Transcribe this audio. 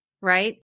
right